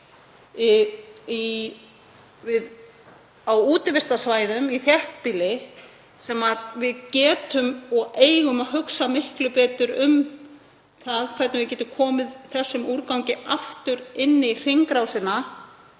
á útivistarsvæðum í þéttbýli og við getum og eigum að hugsa miklu betur um það hvernig við getum komið þeim úrgangi aftur inn í hringrásina